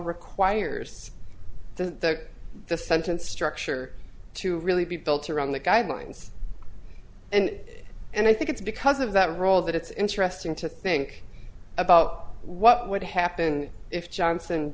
requires that the sentence structure to really be built around the guidelines and and i think it's because of that role that it's interesting to think about what would happen if johnson